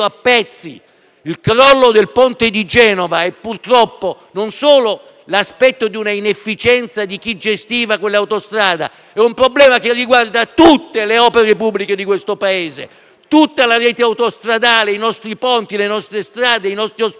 Il crollo del ponte di Genova è non solo l'aspetto di una inefficienza di chi gestiva quell'autostrada, ma è un problema che riguarda tutte le opere pubbliche di questo Paese, tutta la rete autostradale, i nostri ponti, le nostre strade, i nostri ospedali,